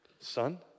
son